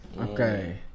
okay